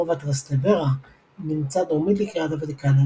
רובע טרסטוורה נמצא דרומית לקריית הוותיקן,